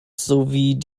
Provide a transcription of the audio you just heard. sowie